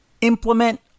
implement